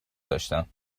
داشتم